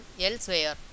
elsewhere